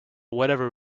whatever